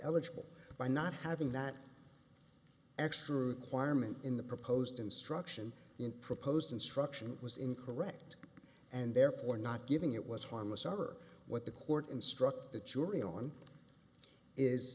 eligible by not having that extra acquirement in the proposed instruction in proposed instruction was incorrect and therefore not giving it was harmless error what the court instruct the jury on is